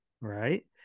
Right